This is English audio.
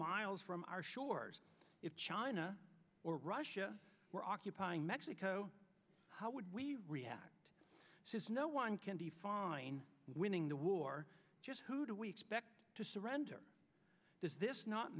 miles from our shores if china or russia were occupying mexico how would we react since no one can define winning the war just who do we expect to surrender does this not